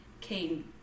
came